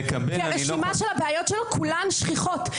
הרשימה של הבעיות שלו, כולן שכיחות.